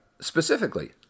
specifically